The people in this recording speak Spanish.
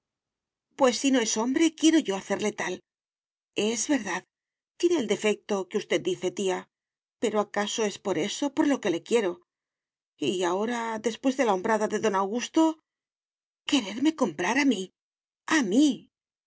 pues si no es hombre quiero yo hacerle tal es verdad tiene el defecto que usted dice tía pero acaso es por eso por lo que le quiero y ahora después de la hombrada de don augusto quererme comprar a mí a mí